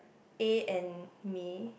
A and me